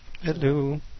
Hello